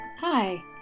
Hi